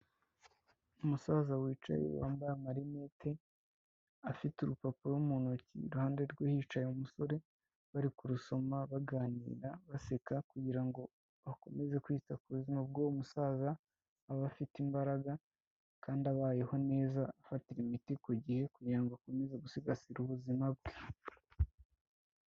Umusaza wicaye wambaye amarinete afite urupapuro mu ntoki iruhande rwe hicaye umusore bari kurusoma baganira baseka kugira ngo akomeze kwita ku buzima bw'uwo musaza abe afite imbaraga kandi abayeho neza afatira imiti ku gihe, kugira ngo akomeze gusigasira ubuzima bwe.